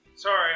Sorry